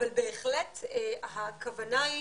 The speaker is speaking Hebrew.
אבל בהחלט הכוונה היא